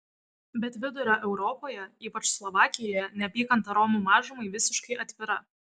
bet vidurio europoje ypač slovakijoje neapykanta romų mažumai visiškai atvira